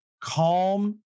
calm